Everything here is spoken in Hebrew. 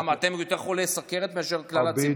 למה, אתם יותר חולי סכרת מאשר כלל הציבור?